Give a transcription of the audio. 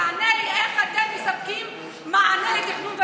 תענה לי איך אתם מספקים מענה לתכנון ובנייה.